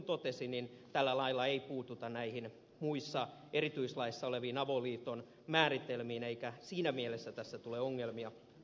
mutta niin kuin totesin tällä lailla ei puututa näihin muissa erityislaissa oleviin avoliiton määritelmiin eikä tässä siinä mielessä tule ongelmia